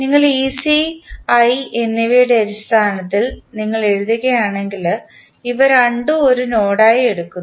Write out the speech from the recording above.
നിങ്ങൾ i എന്നിവയുടെ അടിസ്ഥാനത്തിൽ നിങ്ങൾ എഴുതുകയാണെങ്കിൽ ഇവ രണ്ടും ഒരു നോഡായി എടുക്കുന്നു